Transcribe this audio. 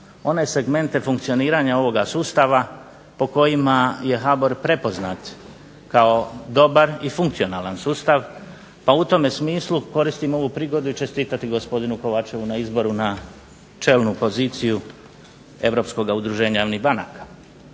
one segmente funkcioniranja ovoga sustava po kojima je HBOR prepoznat kao dobar i funkcionalan sustav, pa u tome smislu koristimo ovu prigodu i čestitati gospodinu Kovačevu na izboru na čelnu poziciju europskoga udruženja javnih banaka.